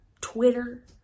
Twitter